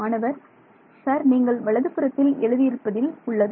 மாணவர் சார்நீங்கள் வலது புறத்தில் எழுதி இருப்பதில் உள்ளது